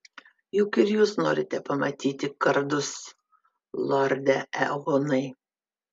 juk ir jūs norite pamatyti kardus lorde eonai